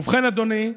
ובכן, אדוני,